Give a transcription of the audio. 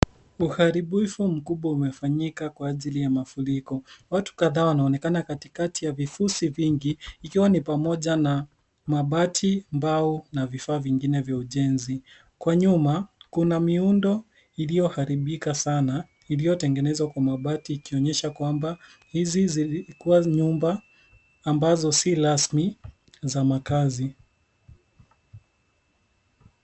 Uharibifu mkubwa umefanyika kwa ajili ya mafuriko. Watu kadhaa wanaonekana katikati ya vifusi vingi ikiwa ni pamoja na mabati, mbao na vifaa vingine vya ujenzi. Huko nyuma kuna miundo iliyoharibika sana iliyotenenezwa kwa mabati ikionyesha kwamba hizi zilikua nyumba ambazo si rasmi za makazi.